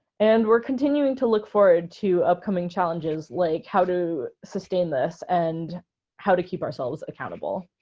and we're continuing to look forward to upcoming challenges, like how to sustain this and how to keep ourselves accountable.